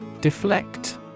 Deflect